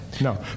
No